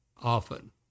often